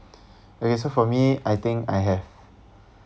okay so for me I think I have